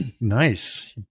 Nice